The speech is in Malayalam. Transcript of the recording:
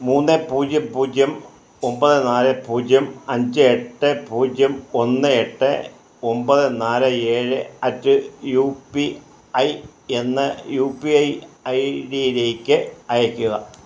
മൂന്ന് പൂജ്യം പൂജ്യം ഒമ്പത് നാല് പൂജ്യം അഞ്ച് എട്ട് പൂജ്യം ഒന്ന് എട്ട് ഒമ്പത് നാല് ഏഴ് അറ്റ് യു പി ഐ എന്ന യു പി ഐ ഐഡിയിലേക്ക് അയയ്ക്കുക